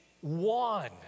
one